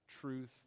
truth